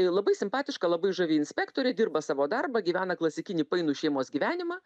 labai simpatiška labai žavi inspektorė dirba savo darbą gyvena klasikinį painų šeimos gyvenimą